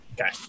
okay